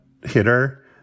hitter